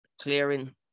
Clearing